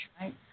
right